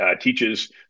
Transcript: teaches